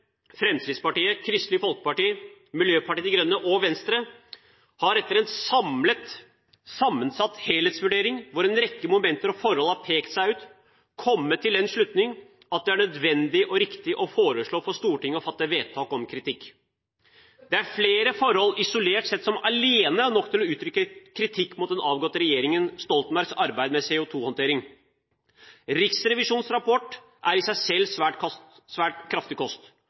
Fremskrittspartiet, Kristelig Folkeparti, Miljøpartiet De Grønne og Venstre, har etter en samlet sammensatt helhetsvurdering, hvor en rekke momenter og forhold har pekt seg ut, kommet til den slutning at det er nødvendig og riktig å foreslå for Stortinget å fatte vedtak om kritikk. Det er flere forhold isolert sett som alene er nok til å uttrykke kritikk mot den avgåtte regjeringen Stoltenbergs arbeid med CO2-håndtering. Riksrevisjonens rapport er i seg selv kraftig kost,